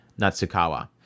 Natsukawa